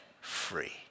free